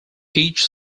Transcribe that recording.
each